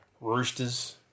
Roosters